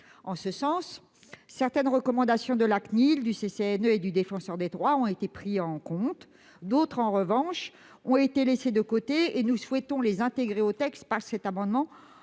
En ce sens, certaines recommandations de la CNIL, du CCNE et du Défenseur des droits ont été prises en compte. D'autres, en revanche, ont été laissées de côté. Nous souhaitons les intégrer au texte de la commission